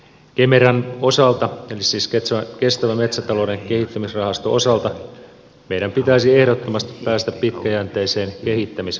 kemeran osalta eli siis kestävän metsätalouden kehittämisrahaston osalta meidän pitäisi ehdottomasti päästä pitkäjänteiseen kehittämistyöhön